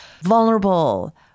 vulnerable